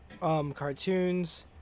cartoons